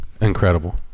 Incredible